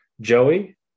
Joey